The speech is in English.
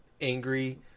angry